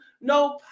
no